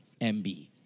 MB